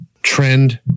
Trend